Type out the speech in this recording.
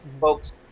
folks